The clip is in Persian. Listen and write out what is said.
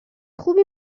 خوبی